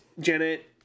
Janet